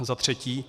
Za třetí.